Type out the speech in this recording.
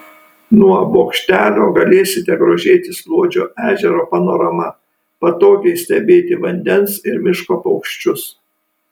nuo bokštelio galėsite grožėtis luodžio ežero panorama patogiai stebėti vandens ir miško paukščius